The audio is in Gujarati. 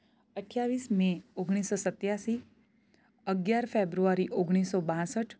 અઠ્યાવીસ મે ઓગણીસો સત્યાસી અગિયાર ફેબ્રુઆરી ઓગણીસો બાસઠ